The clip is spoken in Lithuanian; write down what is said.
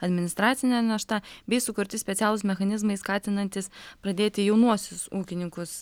administracinė našta bei sukurti specialūs mechanizmai skatinantys pradėti jaunuosius ūkininkus